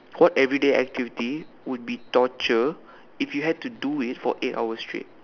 what everyday activity would be torture if you had to do it for eight hours straight